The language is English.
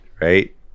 right